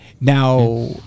Now